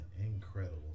incredible